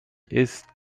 ist